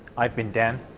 i've been dan,